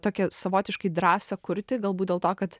tokią savotiškai drąsą kurti galbūt dėl to kad